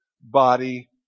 body